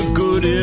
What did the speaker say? good